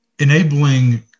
Enabling